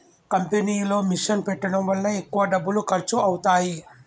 కంపెనీలో మిషన్ పెట్టడం వల్ల ఎక్కువ డబ్బులు ఖర్చు అవుతాయి